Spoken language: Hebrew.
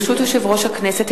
ברשות יושב-ראש הכנסת,